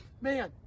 Man